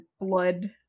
blood